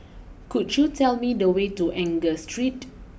could you tell me the way to Enggor Street